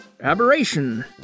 Aberration